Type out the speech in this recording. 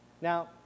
Now